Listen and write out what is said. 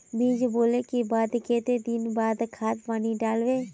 बीज बोले के बाद केते दिन बाद खाद पानी दाल वे?